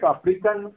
African